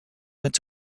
its